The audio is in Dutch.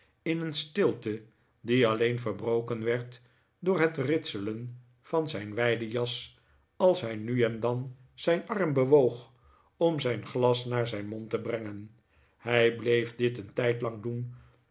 in een stilte die alleen verbroken werd door het ritselen van zijn wij de jas als hij nu en dan zijn arm bewoog om zijn glas naar zijn mond te brengen hij bleef dit een tijdlang doen